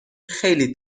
خیلی